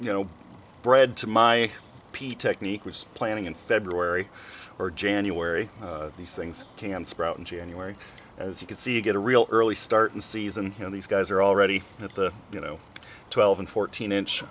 you know bred to my pee technique was planning in february or january these things can sprout in january as you can see you get a real early start and season you know these guys are already at the you know twelve and fourteen